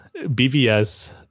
BVS